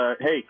Hey